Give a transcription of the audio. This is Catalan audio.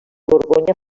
borgonya